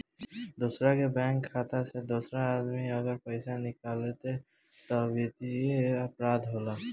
दोसरा के बैंक खाता से दोसर आदमी अगर पइसा निकालेला त वित्तीय अपराध होला